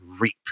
reap